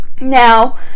Now